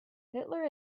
hitler